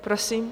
Prosím.